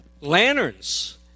lanterns